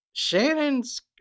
Shannon's